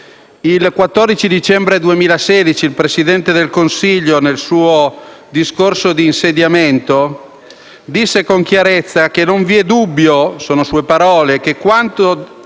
Il 14 dicembre 2016 il Presidente del Consiglio nel suo discorso di insediamento disse con chiarezza: «non vi è dubbio che quando